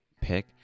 pick